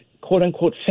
quote-unquote